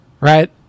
Right